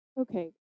Okay